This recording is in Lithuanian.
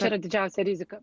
čia yra didžiausia rizika